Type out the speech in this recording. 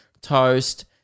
toast